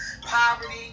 poverty